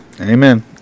Amen